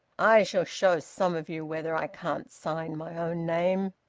i shall show some of you whether i can't sign my own name!